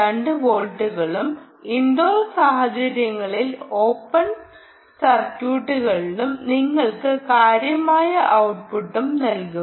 2 വോൾട്ടുകളും ഇൻഡോർ സാഹചര്യങ്ങളിൽ ഓപ്പൺ സർക്യൂട്ടുകളും നിങ്ങൾക്ക് കാര്യമായ ഔട്ട്പുട്ടും നൽകും